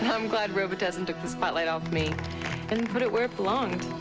i'm glad robitussin took the spotlight off me and put it where it belonged.